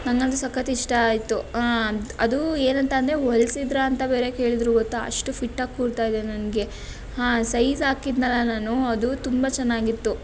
ನನಗಂತೂ ಸಖತ್ತು ಇಷ್ಟ ಆಯಿತು ಅದು ಏನಂತ ಅಂದರೆ ಹೊಲಿಸಿದ್ದಿರಾ ಅಂತ ಬೇರೆ ಕೇಳಿದರು ಗೊತ್ತಾ ಅಷ್ಟು ಫಿಟ್ಟಾಗಿ ಕೂರುತ್ತಾ ಇದೆ ನನಗೆ ಸೈಝ್ ಹಾಕಿದ್ದೆನಲ್ಲ ನಾನು ಅದು ತುಂಬ ಚೆನ್ನಾಗಿತ್ತು